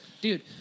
Dude